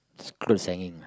just clothes hanging ah